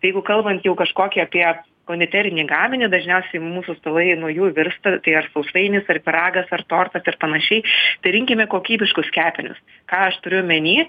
tai jeigu kalbant jau kažkokį apie konditerinį gaminį dažniausiai mūsų stalai nuo jų virsta ar sausainis ar pyragas ar tortas ir panašiai tai rinkime kokybiškus kepinius ką aš turiu omeny